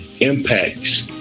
impacts